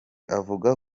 avuga